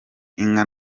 inka